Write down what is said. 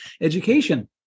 education